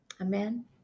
Amen